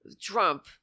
Trump